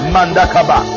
Mandakaba